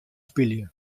spylje